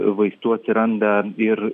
vaistų atsiranda ir